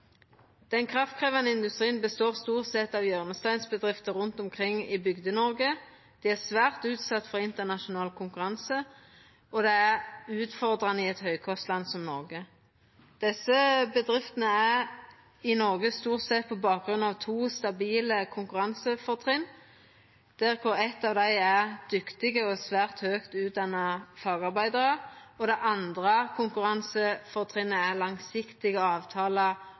Den kraftkrevjande industrien består stort sett av hjørnesteinsbedrifter rundt omkring i Bygde-Noreg. Dei er svært utsette for internasjonal konkurranse, og det er utfordrande i eit høgkostland som Noreg. Desse bedriftene er i Noreg stort sett på bakgrunn av to stabile konkurransefortrinn, kor eit av dei er dyktige og svært høgt utdanna fagarbeidarar, og det andre konkurransefortrinnet er langsiktige